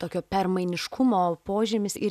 tokio permainiškumo požymis ir